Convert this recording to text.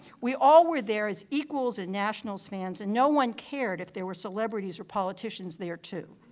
we all were there as equals and nationals fans and no one cared if there were celebrities or politicians there too.